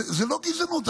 זה לא גזענות,